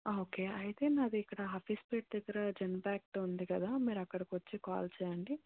okay అయితే నాది ఇక్కడ హఫీస్ పేట్ దగ్గర జెన్పాక్ట్ ఉంది కదా మీరు అక్కడికి వచ్చి కాల్ చేయండి